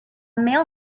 male